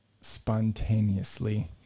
spontaneously